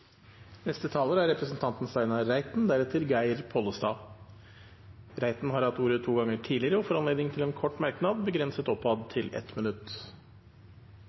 Representanten Steinar Reiten har hatt ordet to ganger tidligere og får ordet til en kort merknad, begrenset til 1 minutt.